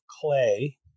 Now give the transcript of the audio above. clay